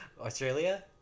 Australia